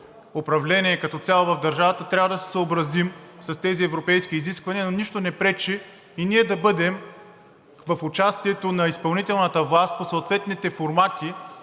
управление и като цяло в държавата трябва да се съобразим с тези европейски изисквания, но нищо не пречи и ние да бъдем в участието на изпълнителната власт – по съответните формати